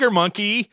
monkey